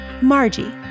Margie